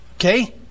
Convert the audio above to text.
Okay